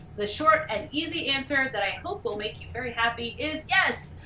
the short and easy answer that i hope will make you very happy is yes,